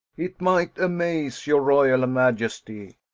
it might amaze your royal majesty.